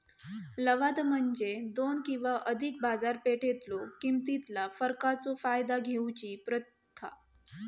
लवाद म्हणजे दोन किंवा अधिक बाजारपेठेतलो किमतीतला फरकाचो फायदा घेऊची प्रथा